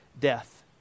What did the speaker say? death